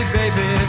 baby